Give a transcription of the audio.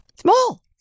Small